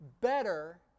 better